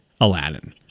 Aladdin